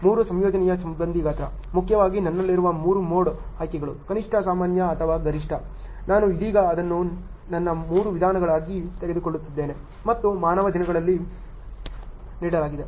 3 ಸಂಯೋಜನೆಯ ಸಿಬ್ಬಂದಿ ಗಾತ್ರ ಮುಖ್ಯವಾಗಿ ನನ್ನಲ್ಲಿರುವ 3 ಮೋಡ್ ಆಯ್ಕೆಗಳು ಕನಿಷ್ಠ ಸಾಮಾನ್ಯ ಅಥವಾ ಗರಿಷ್ಠ ನಾನು ಇದೀಗ ಅದನ್ನು ನನ್ನ 3 ವಿಧಾನಗಳಾಗಿ ತೆಗೆದುಕೊಳ್ಳುತ್ತಿದ್ದೇನೆ ಮತ್ತು ಮಾನವ ದಿನಗಳನ್ನು ಇಲ್ಲಿ ನೀಡಲಾಗಿದೆ